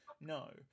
no